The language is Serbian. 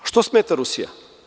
Što smeta Rusija?